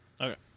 Okay